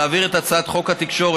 להעביר את הצעת חוק התקשורת